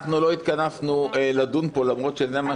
אנחנו לא התכנסנו לדון פה, למרות שזה מה